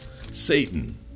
Satan